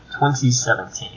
2017